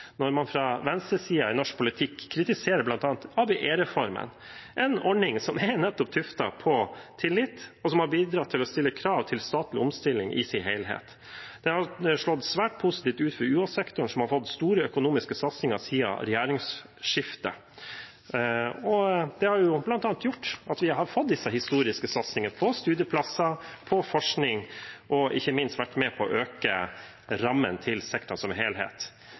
når man fra venstresiden i norsk politikk kritiserer bl.a. ABE-reformen, en ordning som nettopp er tuftet på tillit, og som har bidratt til å stille krav til statlig omstilling i sin helhet. Det har slått svært positivt ut for UH-sektoren, som har fått store økonomiske satsinger siden regjeringsskiftet. Det har bl.a. gjort at vi har fått en historisk satsing på studieplasser og forskning, og ikke minst vært med på å øke rammen til sektoren som helhet.